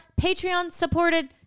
Patreon-supported